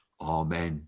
Amen